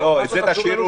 את זה תשאירו --- לא,